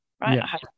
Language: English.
Right